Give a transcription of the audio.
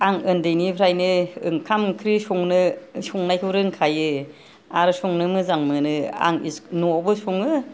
आं उन्दैनिफ्रायनो ओंखाम ओंख्रि संनो संनायखौ रोंखायो आरो संनोबो मोजां मोनो आं न'आवबो सङो